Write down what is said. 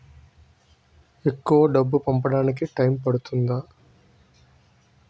ఎక్కువ డబ్బు పంపడానికి టైం పడుతుందా?